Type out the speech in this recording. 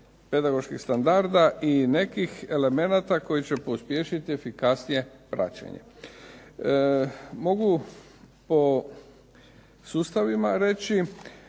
pedagoških standarda i nekih elemenata koji će pospješiti efikasnije praćenje. Mogu po sustavima reći,